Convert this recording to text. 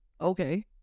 okay